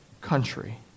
country